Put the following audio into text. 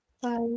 bye